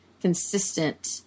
consistent